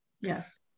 yes